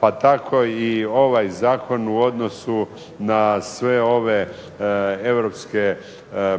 Pa tako i ovaj zakon u odnosu na sve ove europske